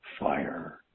fire